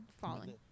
falling